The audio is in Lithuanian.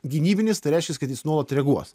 gynybinis tai reiškias kad jis nuolat reaguos